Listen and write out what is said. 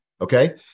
Okay